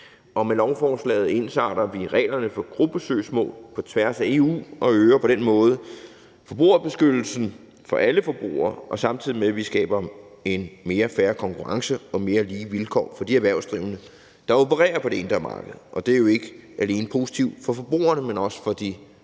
Med lovforslaget ensarter vi reglerne for gruppesøgsmål på tværs af EU og øger på den måde forbrugerbeskyttelsen for alle forbrugere, samtidig med at vi skaber en mere fair konkurrence og mere lige vilkår for de erhvervsdrivende, der opererer på det indre marked. Og det er jo ikke alene positivt for forbrugerne, men også for de